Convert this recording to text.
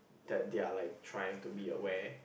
that they are like trying to be aware